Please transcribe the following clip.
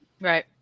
right